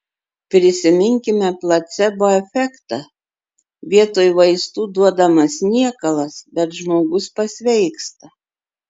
prisiminkime placebo efektą vietoj vaistų duodamas niekalas bet žmogus pasveiksta